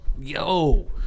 Yo